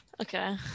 Okay